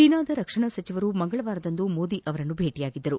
ಚೆನಾದ ರಕ್ಷಣಾ ಸಚಿವರು ಮಂಗಳವಾರದಂದು ಮೋದಿ ಅವರನ್ನು ಭೇಟಿಯಾಗಿದ್ದರು